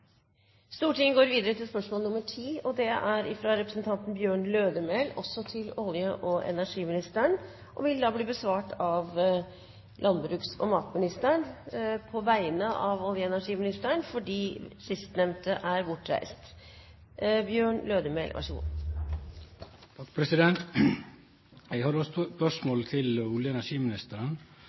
representanten Bjørn Lødemel til olje- og energiministeren, vil også bli besvart av landbruks- og matministeren på vegne av olje- og energiministeren, som er bortreist. Eg har eit spørsmål til olje- og energiministeren: «Det er stor allmenn interesse for saka om utbygging av ny 420 kV-linje mellom Sima og Samnanger. Har Olje- og